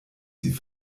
sie